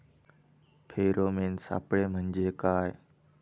Pheromone सापळे म्हंजे काय?